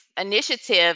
initiative